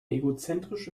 egozentrische